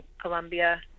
Colombia